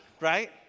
right